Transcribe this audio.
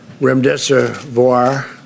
Remdesivir